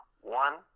One